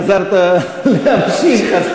חזרת להמשיך,